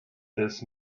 this